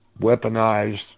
weaponized